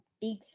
big